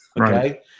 Okay